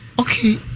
Okay